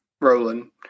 Roland